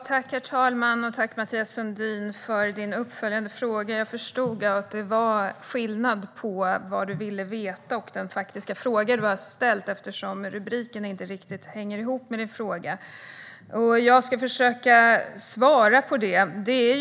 Herr talman! Tack, Mathias Sundin, för din uppföljande fråga! Jag förstod att det var skillnad på vad du ville veta och den faktiska frågan du ställde, eftersom rubriken inte riktigt hänger ihop med din fråga. Jag ska försöka svara på frågan.